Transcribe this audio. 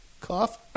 cough